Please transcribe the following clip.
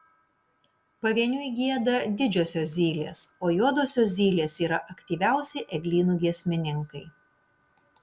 pavieniui gieda didžiosios zylės o juodosios zylės yra aktyviausi eglynų giesmininkai